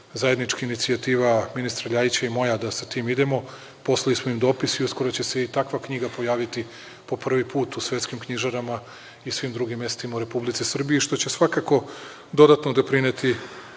zajednička inicijativa ministra Ljajića i moja da sa tim idemo. Poslali smo im dopis i uskoro će se i takva knjiga pojaviti po prvi put u svetskim knjižarama i svim drugim mestima u Republici Srbiji, što će svakako dodatno doprineti